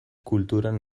kulturan